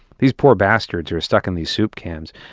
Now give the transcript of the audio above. these poor bastards who are stuck in these soup cans,